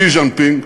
שי ג'ינפינג,